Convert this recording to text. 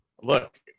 Look